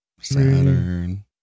Saturn